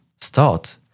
start